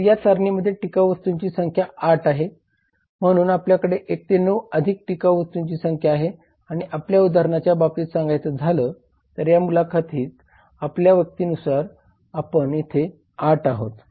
तर या सारणीमध्ये टिकाऊ वस्तूंची संख्या 8 आहे म्हणून आपल्याकडे 1 ते 9 अधिक टिकाऊ वस्तूंची संख्या आहे आणि आपल्या उदाहरणाच्या बाबतीत सांगायचं झालं तर या मुलाखतीत आलेल्या व्यक्तीनुसार आपण येथे 8 आहोत